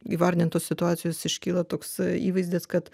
įvardintos situacijos iškyla toksai įvaizdis kad